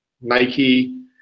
Nike